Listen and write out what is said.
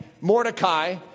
Mordecai